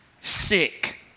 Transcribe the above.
sick